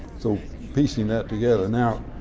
so piecing that together. now,